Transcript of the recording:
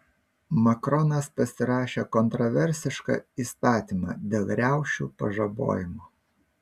makronas pasirašė kontroversišką įstatymą dėl riaušių pažabojimo